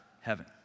heaven